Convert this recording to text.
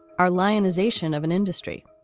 our lionised version of an industry.